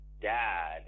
dad